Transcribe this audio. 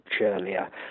earlier